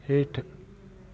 हेठि